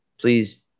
Please